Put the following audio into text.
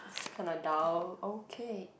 is kind of dull okay